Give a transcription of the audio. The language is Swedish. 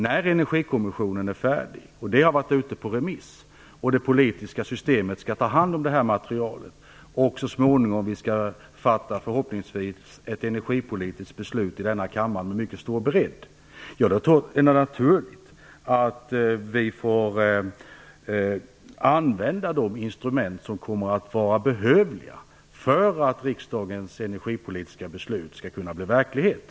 När Energikommissionen är färdig, när dess resultat har varit ute på remiss och materialet sedan skall tas om hand i det politiska systemet, varefter vi så småningom förhoppningsvis skall fatta ett energipolitiskt beslut med en mycket stor bredd i kammaren, är det naturligt att vi skall använda de instrument som är behövliga för att riksdagens energipolitiska beslut skall kunna bli verklighet.